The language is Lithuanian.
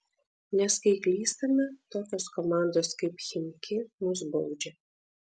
nes kai klystame tokios komandos kaip chimki mus baudžia